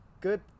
good